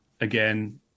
Again